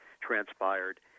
transpired